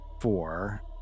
four